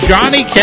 Johnny